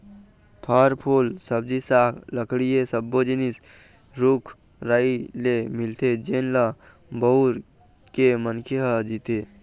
फर, फूल, सब्जी साग, लकड़ी ए सब्बो जिनिस रूख राई ले मिलथे जेन ल बउर के मनखे ह जीथे